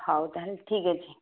ହଉ ତା'ହେଲେ ଠିକ୍ ଅଛି